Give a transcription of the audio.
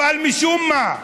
אבל משום מה,